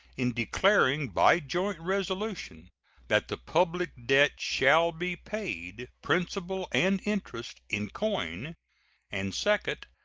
in declaring by joint resolution that the public debt shall be paid, principal and interest, in coin and, second,